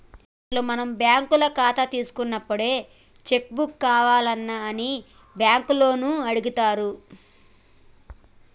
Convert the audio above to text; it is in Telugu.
అసలు మనం బ్యాంకుల కథ తీసుకున్నప్పుడే చెక్కు బుక్కు కావాల్నా అని బ్యాంకు లోన్లు అడుగుతారు